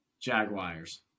Jaguars